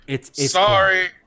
Sorry